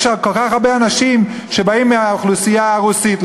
יש כל כך הרבה אנשים שבאים מהאוכלוסייה הרוסית,